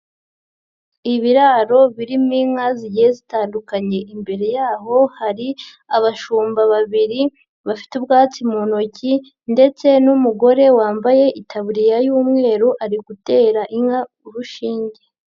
Ibiraro birimo inka zigiye zitandukanye. Imbere yaho hari abashumba babiri bafite ubwatsi mu ntoki ndetse n'umugore wambaye itaburiya y'umweru, ari gutera inka urushinge.